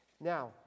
Now